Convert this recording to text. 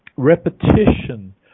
repetition